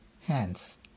hands